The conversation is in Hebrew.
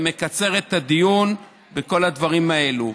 זה מקצר את הדיון וכל הדברים האלה.